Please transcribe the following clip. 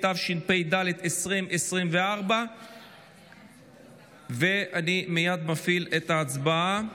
התשפ"ד 2024. אני מייד מפעיל את ההצבעה.